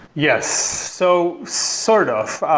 yes, so sort of.